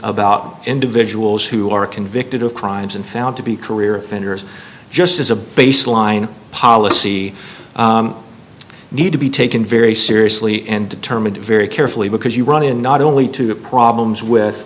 about individuals who are convicted of crimes and found to be career offenders just as a baseline policy need to be taken very seriously and determined very carefully because you run in not only to have problems with